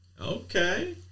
Okay